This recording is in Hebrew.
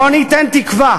בואו ניתן תקווה